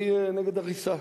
אני נגד הריסה,